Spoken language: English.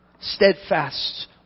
steadfast